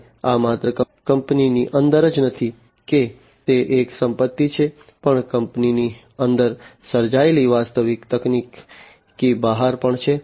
અને આ માત્ર કંપનીની અંદર જ નથી કે તે એક સંપત્તિ છે પણ કંપનીની અંદર સર્જાયેલી વાસ્તવિક તકની બહાર પણ છે